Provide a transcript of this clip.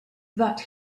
that